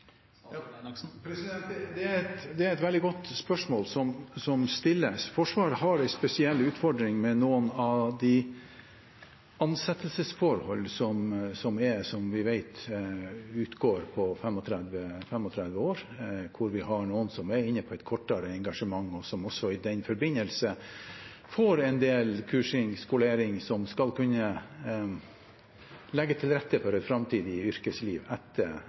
Det er et veldig godt spørsmål som stilles. Forsvaret har en spesiell utfordring med noen av de ansettelsesforholdene som, som vi vet, utgår ved fylte 35 år, hvor vi har noen som er inne på et kortere engasjement, og som også i den forbindelse får en del kursing og skolering som skal kunne legge til rette for et framtidig yrkesliv etter